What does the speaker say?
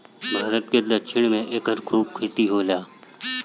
भारत के दक्षिण में एकर खूब खेती होखेला